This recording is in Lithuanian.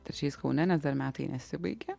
trečiais kaune nes dar metai nesibaigė